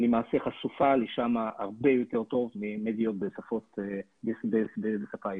היא חשופה לשם הרבה יותר טוב ממדיות בשפה העברית.